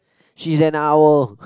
she's an owl